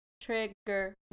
Trigger